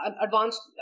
advanced